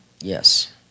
Yes